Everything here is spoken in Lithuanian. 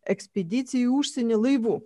ekspedicijų į užsienį laivu